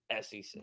SEC